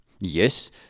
Yes